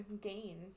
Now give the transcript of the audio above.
gain